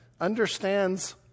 understands